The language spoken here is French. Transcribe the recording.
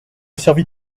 servit